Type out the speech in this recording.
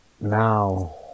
now